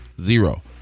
zero